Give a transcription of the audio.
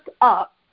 up